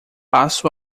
passo